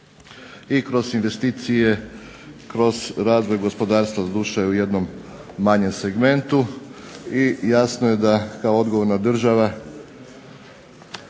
i kroz investicije, kroz razvoj gospodarstva doduše u jednom manjem segmentu i jasno je da kao odgovorna država